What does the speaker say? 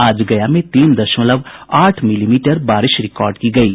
आज गया में तीन दशमलव आठ मिलीमीटर बारिश रिकार्ड की गयी